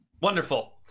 Wonderful